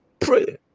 pray